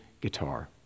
guitar